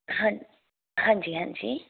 ਹਾ ਹਾਂਜੀ ਹਾਂਜੀ